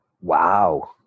Wow